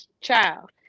child